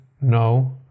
No